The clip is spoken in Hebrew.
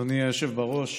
אדוני היושב בראש,